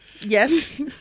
Yes